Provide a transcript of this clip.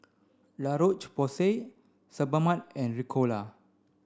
La Roche Porsay Sebamed and Ricola